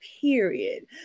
period